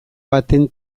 baten